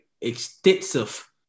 extensive